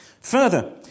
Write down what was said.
Further